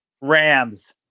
Rams